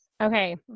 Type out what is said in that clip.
Okay